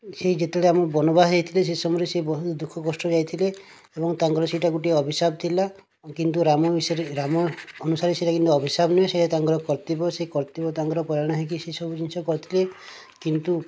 ସେ ଯେତେବେଳେ ଆମ ବନବାସ ଯାଇଥିଲେ ସେ ସମୟରେ ସେ ବହୁତ ଦୁଃଖ କଷ୍ଟରେ ଯାଇଥିଲେ ଏବଂ ତାଙ୍କର ସେଇଟା ଗୋଟିଏ ଅଭିଶାପ ଥିଲା କିନ୍ତୁ ରାମ ବିଷୟରେ ରାମ ଅନୁସାରେ ସେଇଟା କିନ୍ତୁ ଅଭିଶାପ ନୁହେଁ ସେଇଟା ତାଙ୍କର କର୍ତ୍ତବ୍ୟ ସେ କର୍ତ୍ତବ୍ୟ ତାଙ୍କର ପରାୟଣ ହୋଇକି ସେ ସବୁ ଜିନିଷ କରିଥିଲେ କିନ୍ତୁ